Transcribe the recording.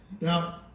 Now